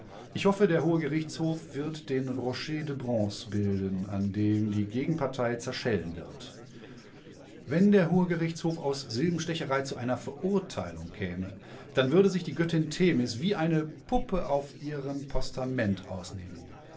ich hoffe der hohe gerichtshof wird den rocher de bronze bilden an dem die gegenpartei zerschellen wird wenn der hohe gerichtshof aus silbenstecherei zu einer verurteilung käme dann würde sich die göttin themis wie eine puppe auf ihrem postament ausnehmen